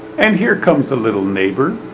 and here comes a little neighbor,